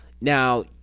Now